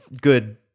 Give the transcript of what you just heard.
good